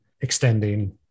extending